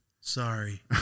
Sorry